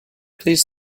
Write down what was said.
please